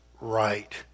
right